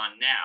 now